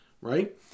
right